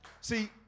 see